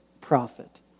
prophet